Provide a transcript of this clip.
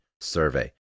survey